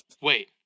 Wait